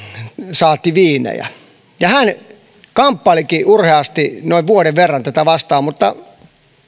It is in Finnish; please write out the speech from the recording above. saati viinejä ja hän kamppailikin urheasti noin vuoden verran tätä vastaan mutta